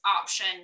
option